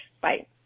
bye